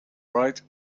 right